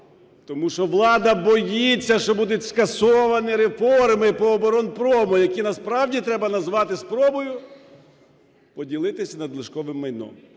Тому що влада боїться, що будуть скасовані реформи по оборонпрому, які насправді треба назвати спробою поділитись надлишковим майном.